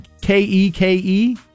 K-E-K-E